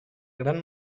gran